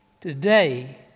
today